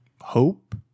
hope